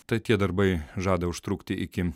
tai tie darbai žada užtrukti iki